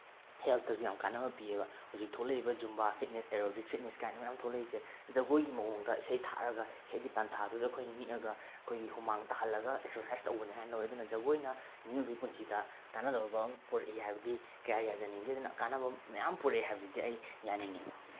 ꯍꯦꯜꯠꯇꯁꯨ ꯌꯥꯝ ꯀꯥꯟꯅꯕ ꯄꯤꯌꯦꯕ ꯍꯧꯖꯤꯛ ꯊꯣꯛꯂꯛꯏꯕ ꯖꯨꯝꯕꯥ ꯐꯤꯠꯅꯦꯁ ꯑꯦꯔꯣꯕꯤꯛ ꯐꯤꯠꯅꯦꯁ ꯀꯥꯏꯅ ꯃꯌꯥꯝ ꯊꯣꯛꯂꯛꯏꯁꯦ ꯖꯒꯣꯏꯒꯤ ꯃꯑꯣꯡꯗ ꯏꯁꯩ ꯊꯥꯔꯒ ꯏꯁꯩꯒꯤ ꯇꯥꯟꯊꯥꯗꯨꯗ ꯑꯩꯈꯣꯏ ꯅꯤꯛꯑꯒ ꯑꯩꯈꯣꯏꯒꯤ ꯍꯨꯃꯥꯡ ꯇꯥꯍꯜꯂꯒ ꯑꯦꯛꯁꯔꯁꯥꯏꯖ ꯇꯧꯕꯅꯦ ꯍꯥꯏ ꯂꯧꯋꯦ ꯑꯗꯨꯅ ꯖꯒꯣꯏꯅ ꯃꯤꯑꯣꯏꯕꯒꯤ ꯄꯨꯟꯁꯤꯗ ꯀꯥꯟꯅꯗꯕ ꯑꯃ ꯄꯨꯔꯛꯏ ꯍꯥꯏꯕꯗꯤ ꯀꯌꯥ ꯌꯥꯖꯅꯤꯡꯗꯦ ꯑꯗꯨꯅ ꯀꯥꯟꯅꯕ ꯃꯌꯥꯝ ꯄꯨꯔꯛꯑꯦ ꯍꯥꯏꯕꯁꯤꯗꯤ ꯑꯩ ꯌꯥꯅꯤꯡꯉꯦꯕ